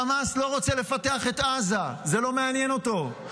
חמאס לא רוצה לפתח את עזה, זה לא מעניין אותו.